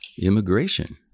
immigration